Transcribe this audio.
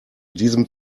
diesem